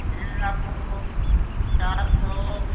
یہ آپ کو چار سو